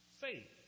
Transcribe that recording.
Faith